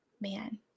man